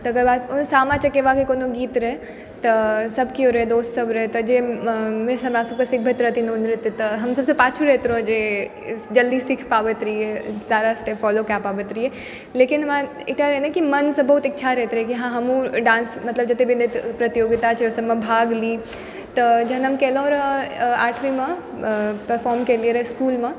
तकर बाद ओ सामा चकेवा के कोनो गीत रहै तऽ सब केओ रहै दोस सब रहै तऽ जाहिमे मिस हमरा सबके सीखबैत रहथिन तऽ हम सब सऽ पाछू रहैत रहौं जे जल्दी सीख पाबैत रहियै सारा स्टेप फॉलो कए पाबैत रहियै लेकिन हमर एकटा यानि कि मन सऽ बहुत इच्छा रहैत रहै कि हँ हमहूँ डांस मतलब जते भी नृत्य प्रतियोगिता छै ओहि सबमे भाग ली तऽ जहन हम कएलहुॅं रहऽ आठवींमे परफॉर्म केलियै रहऽ स्कूल मऽ